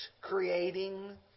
creating